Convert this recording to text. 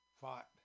fought